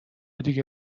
دیگه